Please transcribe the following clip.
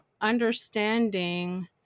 understanding